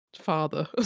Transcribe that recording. Father